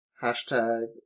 Hashtag